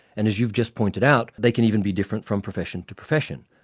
and as you've just pointed out, they can even be different from profession to profession.